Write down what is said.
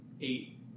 eight